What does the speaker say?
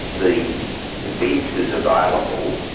the defence is available